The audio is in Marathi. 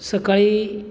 सकाळी